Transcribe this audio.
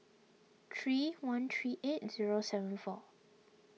three one three eight zero seven four